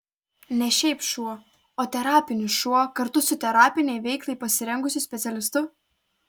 ne šiaip šuo o terapinis šuo kartu su terapinei veiklai pasirengusiu specialistu